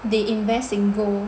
they invest in gold